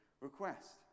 request